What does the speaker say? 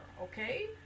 okay